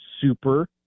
super